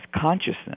consciousness